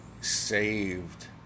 saved